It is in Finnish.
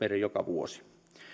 joka vuosi